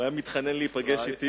הוא היה מתחנן להיפגש אתי,